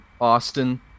Austin